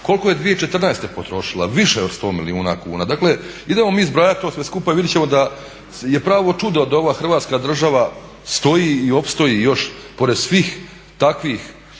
Koliko je 2014. potrošila? Više od 100 milijuna kuna. Dakle, idemo mi zbrajati to sve skupa i vidjet ćemo se da je pravo čudo da ova Hrvatska država stoji i opstoji još pored svih takvih